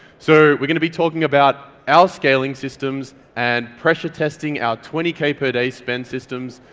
so we're gonna be talking about our scaling systems and pressure testing our twenty k per day spend systems